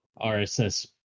RSS